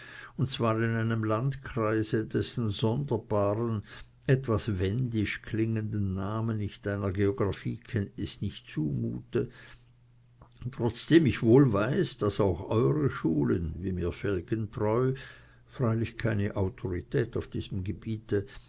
und zwar in einem landkreise dessen sonderbaren etwas wendisch klingenden namen ich deiner geographiekenntnis nicht zumute trotzdem ich wohl weiß daß auch eure schulen wie mir felgentreu freilich keine autorität auf diesem gebiete